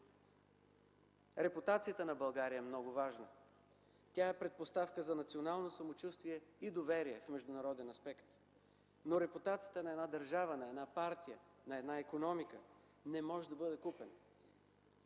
Репутацията на България е много важна. Тя е предпоставка за национално самочувствие и доверие в международен аспект. Но репутацията на една държава, на една партия, на една икономика не може да бъде купена.